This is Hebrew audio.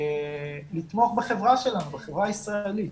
לתמוך בחברה שלנו, בחברה הישראלית.